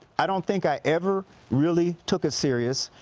i don't think i ever really took it serious.